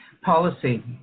Policy